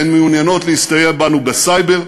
הן מעוניינות להסתייע בנו בסייבר,